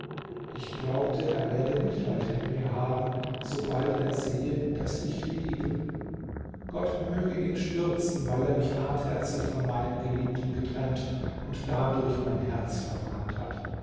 ich glaubte er werde mitleid mit mir haben sobald er sehe daß ich liebe gott möge ihn stürzen weil er mich hartherzig von meinem geliebten getrennt und dadurch mein herz verbrannt hat